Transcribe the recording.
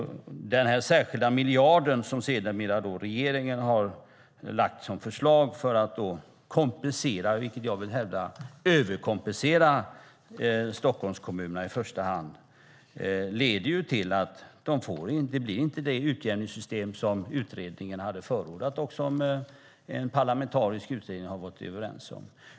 Den särskilda miljard som regeringen sedermera har lagt fram som förslag för att kompensera - överkompensera, vill jag hävda - i första hand Stockholmskommunerna leder till att det inte blir det utjämningssystem utredningen hade förordat och som en parlamentarisk utredning har varit överens om.